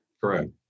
Correct